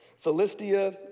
Philistia